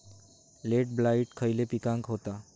Late blight खयले पिकांका होता?